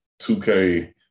2K